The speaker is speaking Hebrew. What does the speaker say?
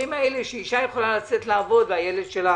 שאשה יכולה לצאת לעבוד והילד שלה